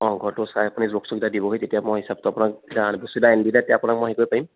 অ ঘৰটো চাই আপুনি জোখ চোখকিটা দিবহি তেতিয়া মই হিচাপটো আপোনাক আপোনাক মই হেৰি কৰিব পাৰিম